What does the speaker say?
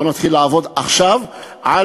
בוא נתחיל לעבוד עכשיו על